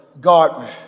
God